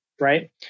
right